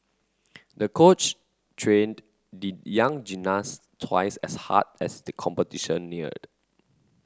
the coach trained the young gymnast twice as hard as the competition neared